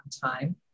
time